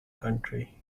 country